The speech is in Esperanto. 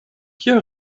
kia